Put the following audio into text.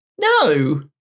No